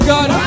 God